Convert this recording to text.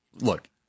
look